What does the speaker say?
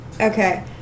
Okay